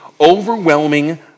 overwhelming